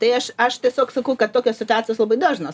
tai aš aš tiesiog sakau kad tokios situacijos labai dažnos